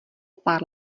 pár